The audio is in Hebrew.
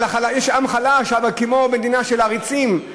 יש עם חלש, אבל כמו במדינה של עריצים,